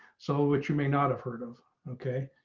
so, which you may not have heard of. okay,